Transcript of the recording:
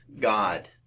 God